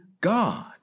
God